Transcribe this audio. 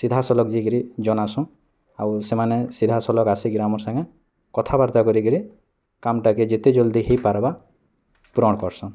ସିଧା ସଲଖ୍ ଯାଇକିରି ଜନାସୁଁ ଆଉ ସେମାନେ ସିଧା ସଲଖ୍ ଆସିକିରି ଆମର୍ ସାଙ୍ଗେ କଥାବାର୍ତ୍ତା କରି କିରି କାମ ଟାକେ ଯେତେ ଜଲ୍ଦି ହେଇ ପାର୍ବା ପୁରଣ କର୍ସନ୍